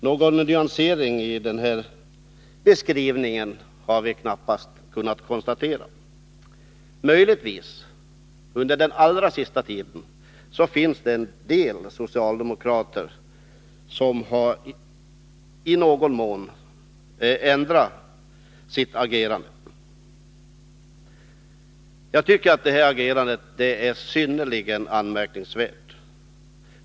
Någon nyansering i den beskrivningen har vi knappast kunnat konstatera, utom möjligtvis under den allra senaste tiden, då en del socialdemokrater i någon mån har ändrat sitt agerande. Jag tycker att detta agerande från socialdemokraternas sida är synnerligen anmärkningsvärt.